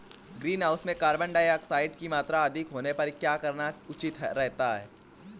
Greenhouse में carbon dioxide की मात्रा अधिक होने पर क्या करना उचित रहता है?